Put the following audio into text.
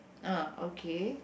ah okay